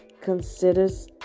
considers